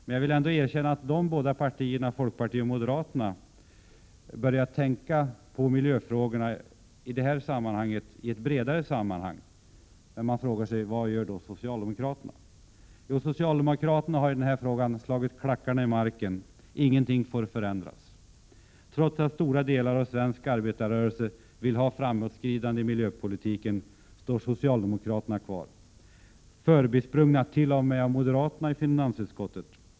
Men jag vill ändå erkänna att folkpartiet och moderaterna har börjat tänka på miljöfrågorna i ett bredare sammanhang. Vad gör då socialdemokraterna? Socialdemokraterna har slagit klackarna i marken. Ingenting får förändras. Trots att stora delar av svensk arbetarrörelse vill ha framåtskridande i miljöpolitiken står socialdemokraterna kvar, förbisprungna t.o.m. av moderaterna i finansutskottet.